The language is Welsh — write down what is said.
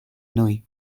mwy